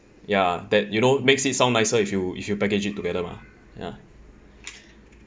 ya that you know makes it sound nicer if you if you package it together mah ya